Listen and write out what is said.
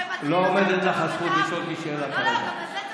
לא עומדת לך הזכות לשאול אותי שאלה כרגע.